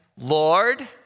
Lord